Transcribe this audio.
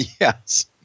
Yes